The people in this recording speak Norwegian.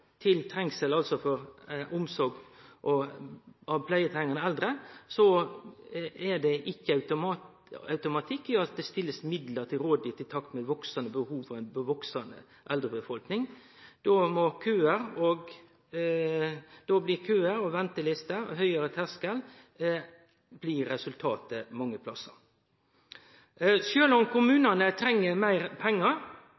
til trengsel for omsorg av pleietrengande eldre. Når det ikkje er automatikk i at det blir stilt opp med midlar til eit veksande behov og ei veksande eldrebefolkning, blir køar, ventelister og høgare tersklar for hjelp resultatet mange plassar. Sjølv om